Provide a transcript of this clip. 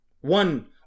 One